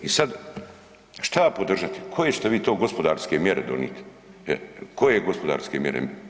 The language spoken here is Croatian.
I sada, šta ja podržati, koje ćete vi gospodarske mjere donijet, koje gospodarske mjere?